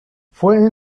fue